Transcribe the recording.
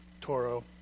Toro